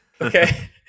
okay